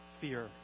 Fear